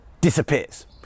disappears